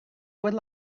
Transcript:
would